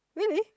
really